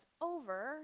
over